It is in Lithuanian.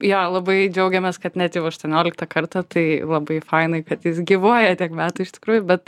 jo labai džiaugiamės kad net jau aštuonioliktą kartą tai labai fainai kad jis gyvuoja tiek metų iš tikrųjų bet